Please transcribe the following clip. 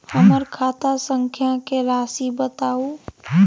हमर खाता संख्या के राशि बताउ